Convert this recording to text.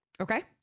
Okay